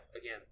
again